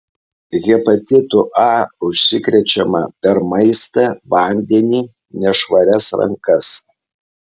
hepatitu a užsikrečiama per maistą vandenį nešvarias rankas